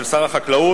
של שר החקלאות,